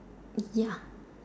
ya